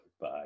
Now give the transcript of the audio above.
Bye